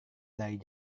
dari